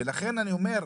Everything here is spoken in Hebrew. ולכן אני אומר,